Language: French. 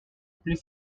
plus